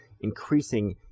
increasing